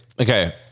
Okay